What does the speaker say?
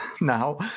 now